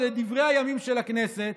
לדברי הימים של הכנסת,